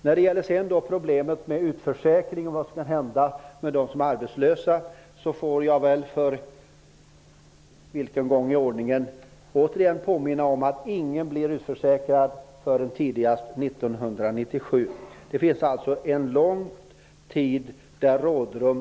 När det gäller problemet med utförsäkringen och vad som kan hända med dem som är arbetslösa får jag väl återigen, för vilken gång i ordningen?, påminna om att ingen blir utförsäkrad förrän tidigast 1997. Det finns alltså lång tids rådrum.